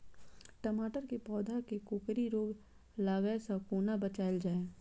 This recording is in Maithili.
टमाटर केँ पौधा केँ कोकरी रोग लागै सऽ कोना बचाएल जाएँ?